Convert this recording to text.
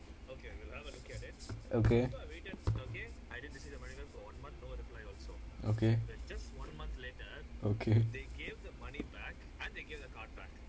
okay okay okay